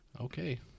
Okay